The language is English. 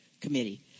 committee